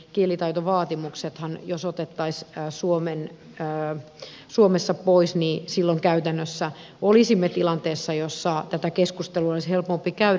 eli jos ruotsin kielen kielitaitovaatimukset otettaisiin suomessa pois niin silloin käytännössä olisimme tilanteessa jossa tätä keskustelua olisi helpompi käydä